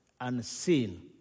unseen